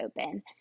open